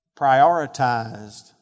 prioritized